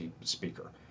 speaker